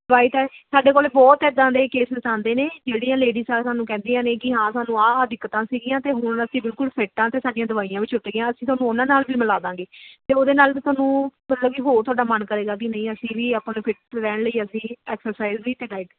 ਦਵਾਈ ਤਾਂ ਸਾਡੇ ਕੋਲ ਬਹੁਤ ਇੱਦਾਂ ਦੇ ਕੇਸਸ ਆਉਂਦੇ ਨੇ ਜਿਹੜੀਆਂ ਲੇਡੀਜ਼ ਆ ਸਾਨੂੰ ਕਹਿੰਦੀਆਂ ਨੇ ਕਿ ਹਾਂ ਸਾਨੂੰ ਆਹ ਆਹ ਦਿੱਕਤਾਂ ਸੀਗੀਆਂ ਅਤੇ ਹੁਣ ਅਸੀਂ ਬਿਲਕੁਲ ਫਿਟ ਹਾਂ ਅਤੇ ਸਾਡੀਆਂ ਦਵਾਈਆਂ ਵੀ ਛੁੱਟ ਗਈਆ ਤੁਹਾਨੂੰ ਉਹਨਾਂ ਨਾਲ ਵੀ ਮਿਲਾਵਾਂਗੇ ਅਤੇ ਉਹਦੇ ਨਾਲ ਵੀ ਤੁਹਾਨੂੰ ਮਤਲਬ ਕਿ ਹੋਰ ਤੁਹਾਡਾ ਮਨ ਕਰੇਗਾ ਕੀ ਅਸੀਂ ਵੀ ਆਪਾਂ ਵੀ ਫਿਟ ਰਹਿਣ ਲਈ ਅਸੀਂ ਐਕਸਾਈਜ ਵੀ ਅਤੇ ਡਾਈਟ ਵੀ